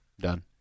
Done